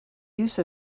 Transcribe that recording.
use